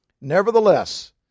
Nevertheless